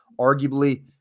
arguably